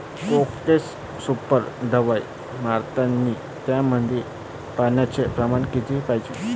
Profex super दवाई मारतानी त्यामंदी पान्याचं प्रमाण किती पायजे?